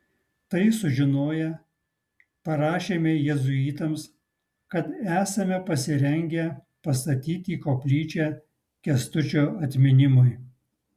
tai sužinoję parašėme jėzuitams kad esame pasirengę pastatyti koplyčią kęstučio atminimui